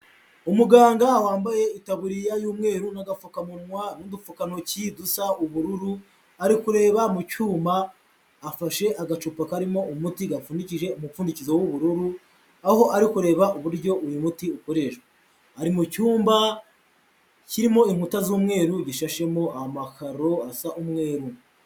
Umuganga wambaye itaburiya y'umweru n'agapfukamunwa n'udupfukantoki dusa ubururu, ari kureba mu cyuma, afashe agacupa karimo umuti gapfundikije umupfundikizo w'ubururu, aho ari kureba uburyo uyu muti ukoreshwa. Ari mu cyumba kirimo inkuta z'umweru gishashemo amakaro asa umweru.